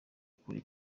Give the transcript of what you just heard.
kure